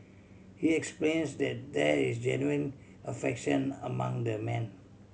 he explains that there is genuine affection among the men